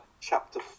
chapter